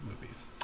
movies